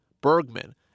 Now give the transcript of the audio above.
Bergman